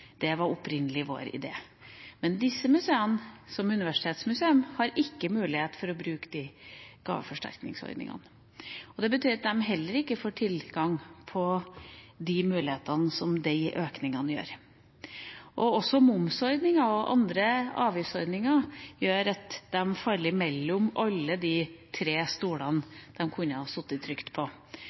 Det var opprinnelig vår idé. Men disse museene, som universitetsmuseer, har ikke mulighet til å bruke disse gaveforsterkningsordningene. Det betyr at de heller ikke får tilgang på de mulighetene som disse økningene gir. Også momsordninga og andre avgiftsordninger gjør at de faller mellom alle de tre stolene de kunne ha sittet trygt på